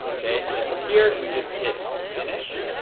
ok, and then from here, we just hit finish